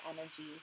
energy